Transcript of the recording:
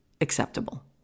acceptable